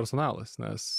personalas nes